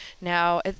now